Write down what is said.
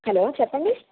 hello చెప్పండి